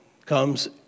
comes